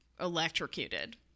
electrocuted